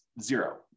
zero